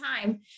time